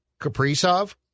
Kaprizov